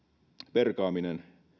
perkaaminen